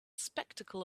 spectacle